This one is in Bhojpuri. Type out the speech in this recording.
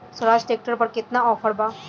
स्वराज ट्रैक्टर पर केतना ऑफर बा?